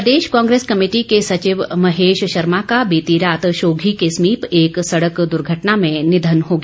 निधन प्रदेश कांग्रेस कमेटी के सचिव महेश शर्मा का बीती रात शोघी के समीप एक सड़क द्र्घटना में निधन हो गया